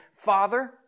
Father